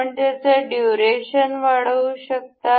आपण याचा ड्युरेशन वाढवू शकता